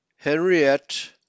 Henriette